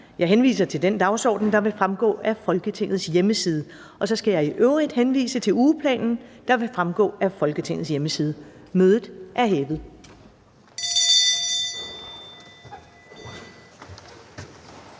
Jeg henviser til den dagsorden, der vil fremgå af Folketingets hjemmeside. Jeg skal i øvrigt henvise til ugeplanen, der vil fremgå af Folketingets hjemmeside. Mødet er hævet.